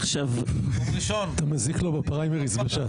אתה מזיק לו בפריימריז בש"ס.